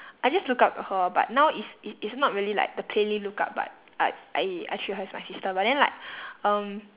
I just look up to her but now it's it's it's not really like the plainly look up but I I I treat her as my sister but then like um